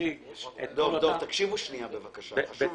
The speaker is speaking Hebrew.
נחריג את כל